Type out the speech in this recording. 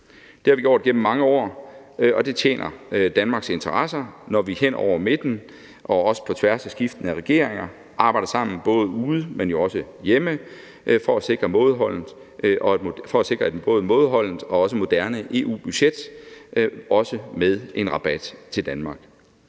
Det har vi gjort igennem mange år, og det tjener Danmarks interesser, når vi hen over midten og også på tværs af skiftende regeringer arbejder sammen både ude og også hjemme for at sikre et både mådeholdent og også moderne EU-budget, også med en rabat til Danmark.